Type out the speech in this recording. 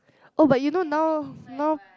oh but you know now now